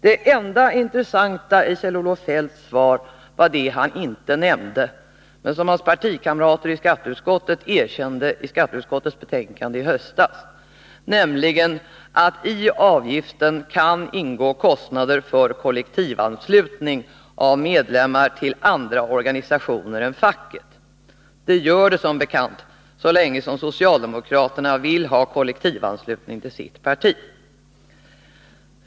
Det enda intressanta i Kjell-Olof Feldts svar är det som han inte har nämnt men som hans partikamrater i skatteutskottet erkände i ett betänkande i höstas, nämligen att i avgiften kan ingå kostnader för kollektivanslutning av medlemmar till andra organisationer än facket. Det gäller som bekant så länge som socialdemokraterna vill ha kollektivanslutning till sitt parti.